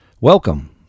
Welcome